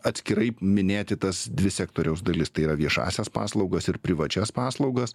atskirai minėti tas dvi sektoriaus dalis tai yra viešąsias paslaugas ir privačias paslaugas